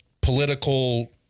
political